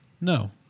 No